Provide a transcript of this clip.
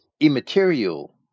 immaterial